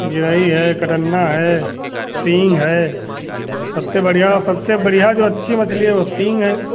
गिरही है कटन्ना है सींग है सबसे बढ़िया और सबसे बढ़िया जो अच्छी मछली है वो सींग है